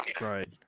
right